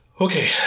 Okay